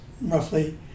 roughly